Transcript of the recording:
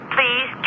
Please